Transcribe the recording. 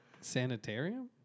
Sanitarium